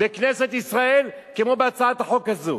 בכנסת ישראל כמו בהצעת החוק הזאת.